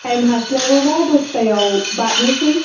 time हास्लाबोबा दस्रायाव बारनोसै